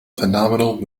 phenomenal